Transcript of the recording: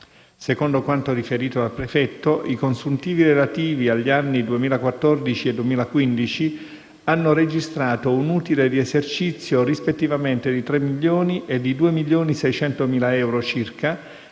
Secondo quanto riferito dal prefetto, i consuntivi relativi agli anni 2014 e 2015 hanno registrato un utile di esercizio rispettivamente di 3 e di 2,6 milioni di euro circa,